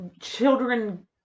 Children